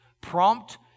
Prompt